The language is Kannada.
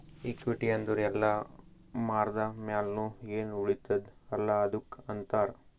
ಇಕ್ವಿಟಿ ಅಂದುರ್ ಎಲ್ಲಾ ಮಾರ್ದ ಮ್ಯಾಲ್ನು ಎನ್ ಉಳಿತ್ತುದ ಅಲ್ಲಾ ಅದ್ದುಕ್ ಅಂತಾರ್